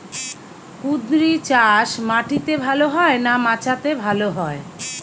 কুঁদরি চাষ মাটিতে ভালো হয় না মাচাতে ভালো হয়?